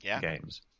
games